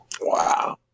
Wow